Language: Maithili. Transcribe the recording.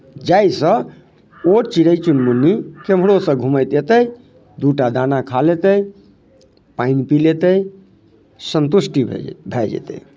जाहिसँ ओ चिड़ै चुनमुनी केम्हरोसँ घूमैत एतै दूटा दाना खा लेतै पानि पी लेतै संतुष्टि भऽ भए जेतै